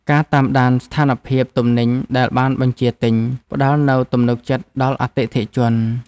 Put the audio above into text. ការតាមដានស្ថានភាពទំនិញដែលបានបញ្ជាទិញ ផ្តល់នូវទំនុកចិត្តដល់អតិថិជន។